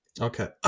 okay